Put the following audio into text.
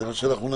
זה מה שנעשה.